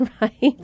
right